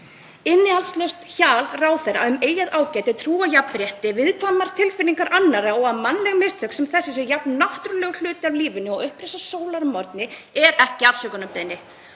Innihaldslaust hjal ráðherra um eigið ágæti, trú á jafnrétti, viðkvæmar tilfinningar annarra og að mannleg mistök sem þessi séu jafn náttúrulegur hluti af lífinu og upprisa sólar að morgni er ekki afsökunarbeiðni